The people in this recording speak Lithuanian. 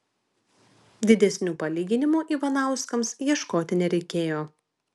didesnių palyginimų ivanauskams ieškoti nereikėjo